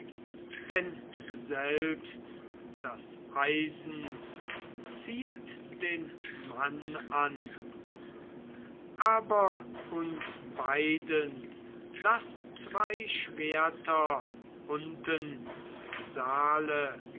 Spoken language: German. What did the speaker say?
denn selbst das eisen ziehet den mann an aber uns beiden laß zwei schwerter unten im saale